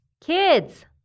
Kids